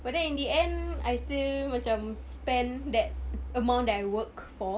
but then in the end I still macam spend that amount that I work for